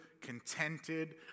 contented